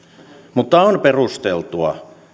mutta on perusteltua